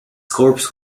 corpse